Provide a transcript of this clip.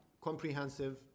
comprehensive